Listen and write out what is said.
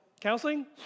counseling